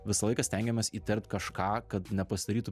visą laiką stengiamės įterpt kažką kad nepasidarytų